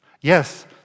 Yes